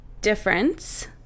difference